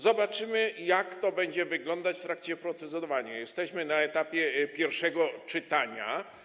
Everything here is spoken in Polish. Zobaczymy, jak to będzie wyglądać w trakcie procedowania, jesteśmy na etapie pierwszego czytania.